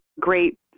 great